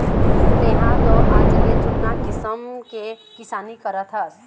तेंहा तो आजले जुन्ना किसम के किसानी करत हस